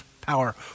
power